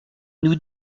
nous